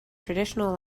traditional